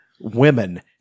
Women